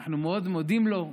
אנחנו מאוד מודים לו,